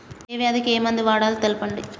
ఏ వ్యాధి కి ఏ మందు వాడాలో తెల్పండి?